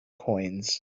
coins